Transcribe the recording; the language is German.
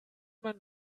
man